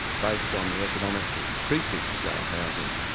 based on the economics of precinct scale housing.